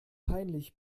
peinlich